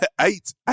eight